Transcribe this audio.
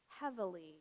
heavily